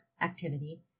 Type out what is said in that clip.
activity